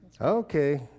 Okay